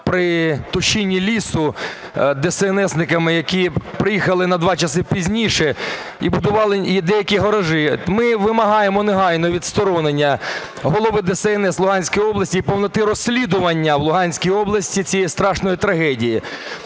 При тушінні лісу десеенесниками, які приїхали на 2 години пізніше і будували деякі огорожі. Ми вимагаємо негайно відсторонення голови ДСНС Луганської області і повноти розслідування в Луганській області цієї страшної трагедії.